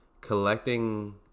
collecting